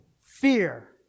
fear